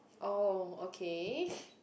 oh okay